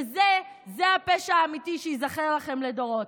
וזה, זה הפשע האמיתי שייזכר לכם לדורות.